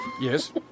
Yes